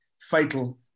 fatal